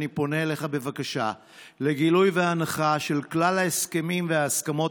אני פונה אליך בבקשה לגילוי והנחה של כלל ההסכמים וההסכמות